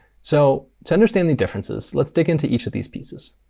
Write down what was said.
so to understand the differences, let's dig into each of these pieces.